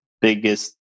biggest